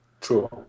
True